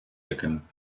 яким